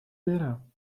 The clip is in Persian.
برم